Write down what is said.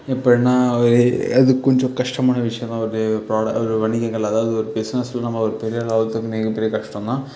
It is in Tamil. இப்போ நான் அது கொஞ்சம் கஷ்டமான விஷயம்தான் ஒரு ப்ரோட ஒரு வணிகங்கள் அதாவது ஒரு பிஸ்னஸ்ஸில் நம்ம ஒரு பெரிய ஆள் ஆகறது கஷ்டம்தான்